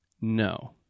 No